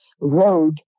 road